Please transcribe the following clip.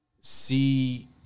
see